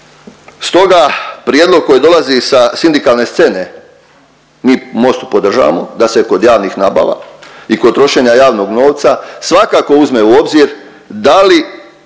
Stoga prijedlog koji dolazi sa sindikalne scene mi u Mostu podržavamo da se kod javnih nabava i kod trošenja javnog novca svakako uzme u obzir da li